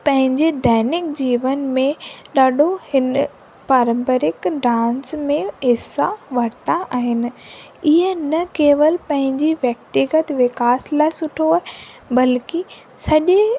पंहिंजे दैनिक जीवन में ॾाढो हिन पारंपरिक डांस में हिसा वरिता आहिनि इहे न केवल पंहिंजी व्यक्तिगत विकास लाइ सुठो आहे बल्कि सॼे